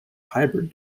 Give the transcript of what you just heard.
hybrid